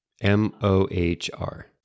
M-O-H-R